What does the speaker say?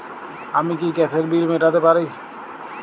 আমি কি গ্যাসের বিল মেটাতে পারি?